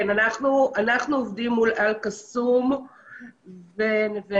אנחנו עובדים מול אל-קסום ונווה